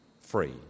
free